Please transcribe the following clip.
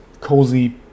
cozy